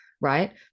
right